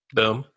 Boom